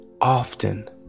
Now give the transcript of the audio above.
often